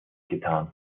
getan